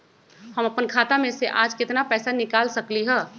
हम अपन खाता में से आज केतना पैसा निकाल सकलि ह?